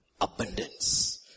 abundance